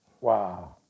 Wow